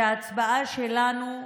שההצבעה שלנו,